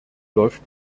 läuft